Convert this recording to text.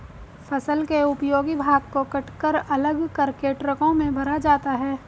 फसल के उपयोगी भाग को कटकर अलग करके ट्रकों में भरा जाता है